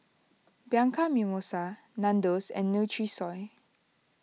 Bianco Mimosa Nandos and Nutrisoy